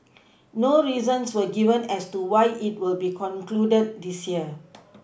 no reasons were given as to why it will be concluded this year